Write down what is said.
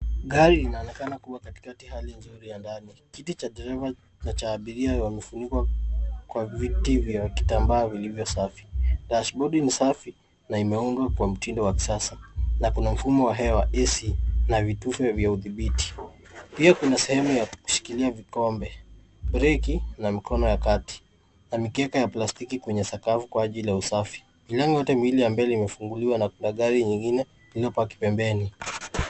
Gari linaonekana kuwa katikati hali ni nzuri ya ndani. Kiti cha dereva na cha abiria wamefunikwa kwa viti vya kitambaa vilivyo safi. Dashbodi ni safi, na imeundwa kwa mtindo wa kisasa, na kuna mfumo wa hewa AC, na vitufe vya udhibiti. Pia kuna sehemu ya kushikilia vikombe, breki, na mkono ya kati, na mikeka ya plastiki kwenye sakafu kwa ajili ya usafi. Milango yote miwili ya mbele imefunguliwa na kuna gari nyingine, iliyopaki pembeni.